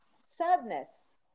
sadness